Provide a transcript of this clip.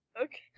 Okay